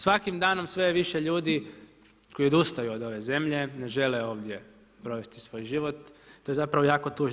Svakim danom sve je više ljudi, koji odustaju od ove zemlje, ne žele ovdje provesti svoj život, to je zapravo isto tužno.